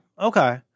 okay